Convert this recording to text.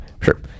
Sure